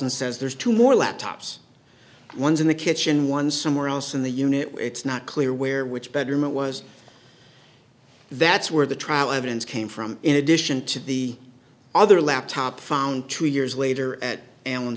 and says there's two more laptops one is in the kitchen one somewhere else in the unit it's not clear where which betterment was that's where the trial evidence came from in addition to the other laptop found true years later at an one